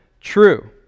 true